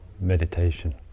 meditation